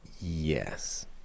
Yes